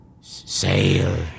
Sail